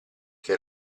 che